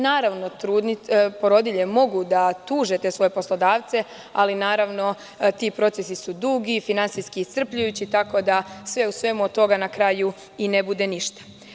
Naravno, porodilje mogu da tuže te svoje poslodavce, ali naravno ti procesi su dugi i finansijski iscrpljujući tako da sve u svemu od toga na kraju i ne bude ništa.